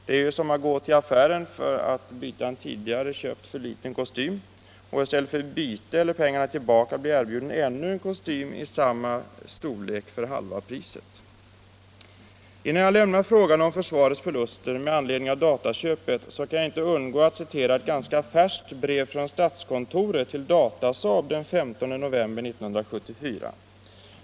Det är som att gå till affären för att byta Nr 44 en tidigare köpt för liten kostym och i stället för byte eller pengarna Fredagen den tillbaka bli erbjuden ännu en kostym i samma storlek men för halva 21 mars 1975 priset. Innan jag lämnar frågan om försvarets förluster med anledning av da — Om försvarets inköp taköpet kan jag inte undgå att nämna några rader i ett ganska färskt = av datorer brev från statskontoret till Datasaab den 15 november 1974.